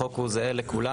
החוק הוא זהה לכולם.